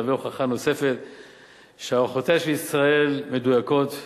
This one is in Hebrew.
מהווה הוכחה נוספת שהערכותיה של ישראל מדויקות.